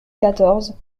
quatorze